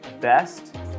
best